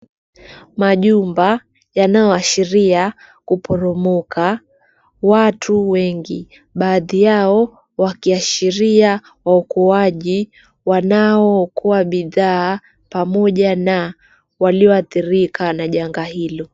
Majumba yanayoashiria kuporomoka. Watu wengi baadhi yao wakiashiria waokoaji wanaookoa bidhaa pamoja na walioadhirika na janga hilo.